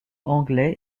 anglais